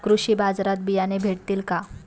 कृषी बाजारात बियाणे भेटतील का?